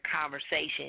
conversation